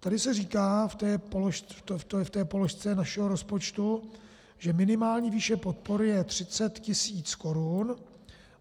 Tady se říká v té položce našeho rozpočtu, že minimální výše podpory je 30 tisíc korun,